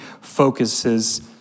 focuses